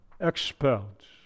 expelled